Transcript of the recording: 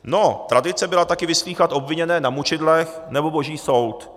No, tradice byla taky vyslýchat obviněné na mučidlech nebo boží soud.